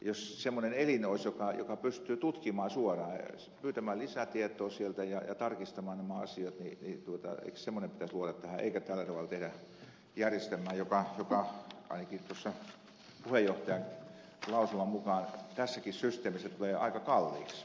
jos semmoinen elin olisi joka pystyy tutkimaan suoraan pyytämään lisätietoa sieltä ja tarkistamaan nämä asiat niin eikö semmoinen pitäisi luoda tähän eikä tällä tavalla tehdä järjestelmää joka ainakin tuossa puheenjohtajan lausuman mukaan tässäkin systeemissä tulee aika kalliiksi